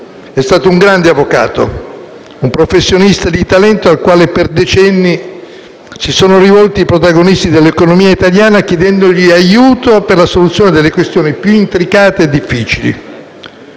È stato un grande avvocato, un professionista di talento a cui per decenni si sono rivolti i protagonisti dell'economia italiana chiedendogli aiuto per la soluzione delle questioni più intricate e difficili.